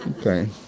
Okay